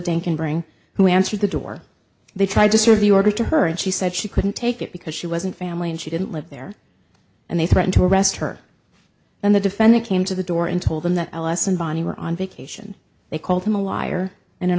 can bring who answered the door they tried to serve the order to her and she said she couldn't take it because she wasn't family and she didn't live there and they threatened to arrest her and the defendant came to the door and told them that alice and bonnie were on vacation they called him a liar and an